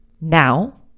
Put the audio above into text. now